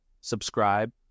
subscribe